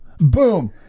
Boom